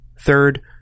Third